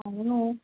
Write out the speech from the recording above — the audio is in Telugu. అవును